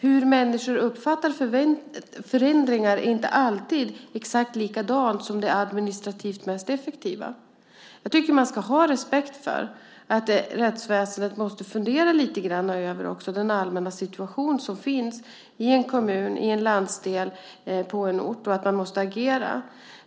Hur människor uppfattar förändringar är inte alltid exakt likadant som det administrativt mest effektiva. Jag tycker att man ska ha respekt för att rättsväsendet måste fundera över den allmänna situationen i en kommun, i en landsdel och på en ort och att man måste agera.